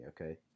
okay